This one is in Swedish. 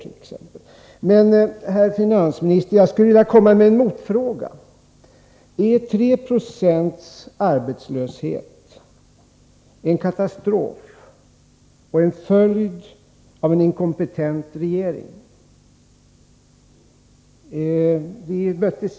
Jag skulle, herr finansminister, vilja komma med en motfråga: Är 3 96 arbetslöshet en katastrof och en följd av att regeringen är inkompetent?